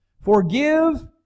Forgive